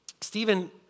Stephen